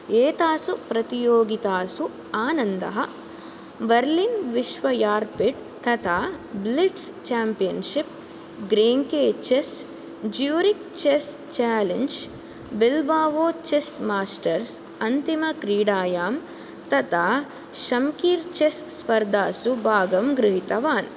एतासु प्रतियोगितासु आनन्दः बर्लिन् विश्वयार्पिड् तथा blitz championship Grenke chess Zurich chess challenge Bilbao chess masters अन्तिमक्रीडायां तथा शम्कीर् चेस् स्पर्धासु भागं गृहीतवान्